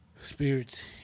Spirits